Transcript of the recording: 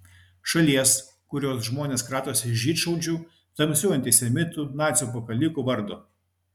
šalies kurios žmonės kratosi žydšaudžių tamsių antisemitų nacių pakalikų vardo